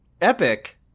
Epic